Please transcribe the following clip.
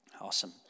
Awesome